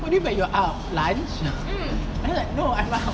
what do you mean you are out lunch that was like no I'm out